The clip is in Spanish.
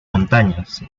montañas